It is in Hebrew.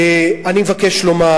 אני מבקש לומר